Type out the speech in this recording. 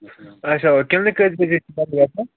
اچھا کٕلنِک کٔژِ حظ بَجہِ چھُ ییٚلہٕ گَژھان